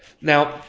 Now